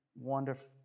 wonderful